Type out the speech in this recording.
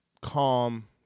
calm